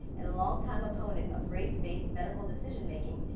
and a long time opponent of race based medical decision making,